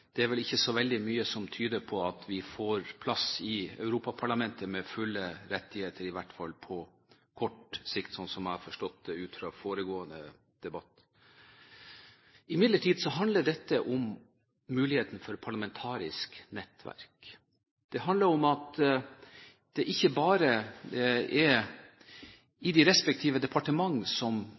vi får plass i Europaparlamentet med fulle rettigheter, i hvert fall på kort sikt, slik jeg har forstått det ut fra foregående debatt. Dette handler imidlertid om muligheten for parlamentarisk nettverk. Det handler om at det ikke bare er i de respektive departementer som